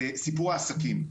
סיפור העסקים.